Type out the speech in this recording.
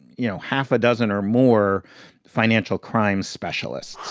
you know, half a dozen or more financial crimes specialists.